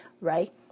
right